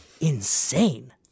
insane